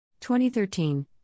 2013